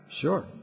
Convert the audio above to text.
Sure